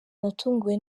natunguwe